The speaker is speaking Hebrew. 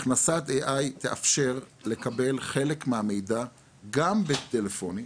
הכנסת AI תאפשר לקבל חלק מהמידע גם בטלפונים,